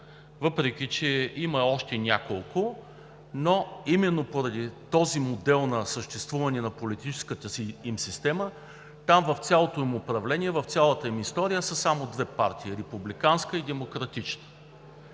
въпреки че има още няколко, но именно поради този модел на съществуване на политическата им система там, в цялото им управление, в цялата им история са само две партии – Републиканска и Демократическа.